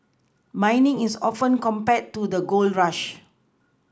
mining is often compared to the gold rush